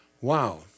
Wow